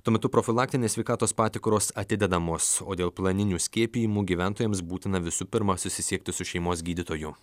tuo metu profilaktinės sveikatos patikros atidedamos o dėl planinių skiepijimų gyventojams būtina visų pirma susisiekti su šeimos gydytoju